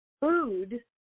food